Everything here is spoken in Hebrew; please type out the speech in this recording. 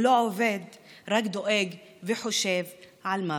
הוא לא עובד, רק דואג וחושב על מוות.